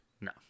No